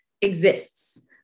exists